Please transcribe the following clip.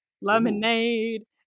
lemonade